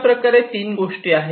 अशाप्रकारे तीन गोष्टी आहेत